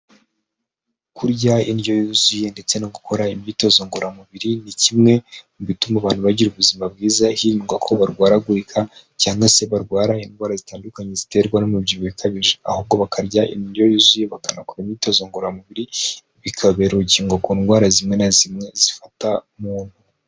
Kurya indyo yuzuye ndetse no gukora imyitozo ngororamubiri ni kimwe mu bituma abantu bagira ubuzima bwiza, hirirwa ko barwaragurika cyangwa se barwara indwara zitandukanye, ziterwa n'umubyibuho ukabije, ahubwo bakarya indyo yuzuye bakanakora imyitozo ngororamubiri, bikabera urukingo ku ndwara zimwe na zimwe zifata umuntu.